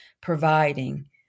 providing